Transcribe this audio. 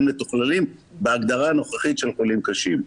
מתוכללים בהגדרה הנוכחית של חולים קשים.